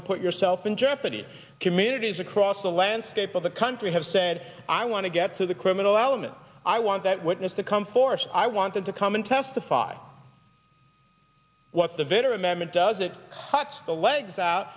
and put yourself in jeopardy communities across the landscape of the country have said i want to get to the criminal element i want that witness to come force i wanted to come and testify what the vitter amendment does it cuts the legs out